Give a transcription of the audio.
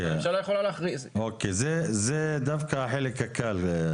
הממשלה יכולה להחליט זה דווקא החלק הקל.